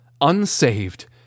unsaved